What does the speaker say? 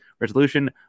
resolution